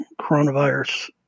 coronavirus